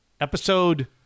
Episode